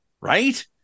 right